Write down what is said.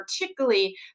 particularly